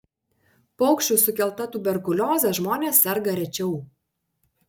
paukščių sukelta tuberkulioze žmonės serga rečiau